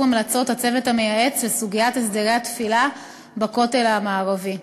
המלצות הצוות המייעץ בסוגיית הסדרי התפילה בכותל המערבי.